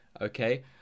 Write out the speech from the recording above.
okay